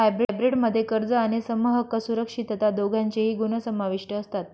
hybrid मध्ये कर्ज आणि समहक्क सुरक्षितता दोघांचेही गुण समाविष्ट असतात